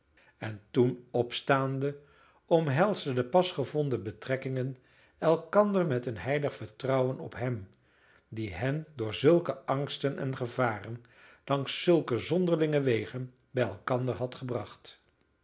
en toen opstaande omhelsden de pas gevonden betrekkingen elkander met een heilig vertrouwen op hem die hen door zulke angsten en gevaren langs zulke zonderlinge wegen bij elkander had gebracht